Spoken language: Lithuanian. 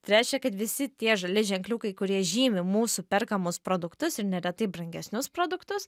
tai reiškia kad visi tie žali ženkliukai kurie žymi mūsų perkamus produktus ir neretai brangesnius produktus